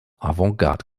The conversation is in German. avantgarde